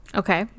okay